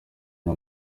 nta